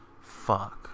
Fuck